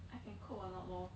I can cope or not lor